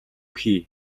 хий